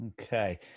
Okay